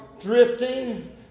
drifting